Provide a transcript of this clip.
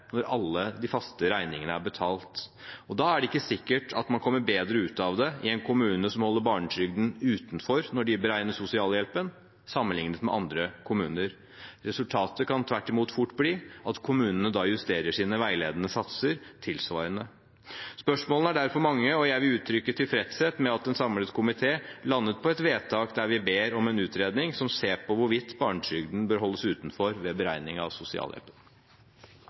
når alle de faste regningene er betalt. Da er det ikke sikkert at man kommer bedre ut av det i en kommune som holder barnetrygden utenfor når de beregner sosialhjelpen, sammenlignet med andre kommuner. Resultatet kan tvert imot fort bli at kommunene da justerer sine veiledende satser tilsvarende. Spørsmålene er derfor mange, og jeg vil uttrykke tilfredshet med at en samlet komité lander på et vedtak der vi ber om en utredning som ser på hvorvidt barnetrygden bør holdes utenfor ved beregning av sosialhjelp.